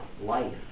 life